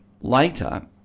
later